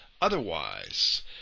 otherwise